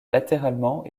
latéralement